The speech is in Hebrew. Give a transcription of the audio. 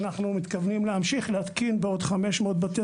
ואנחנו מתכוונים להמשיך להתקין בעוד 500 בתי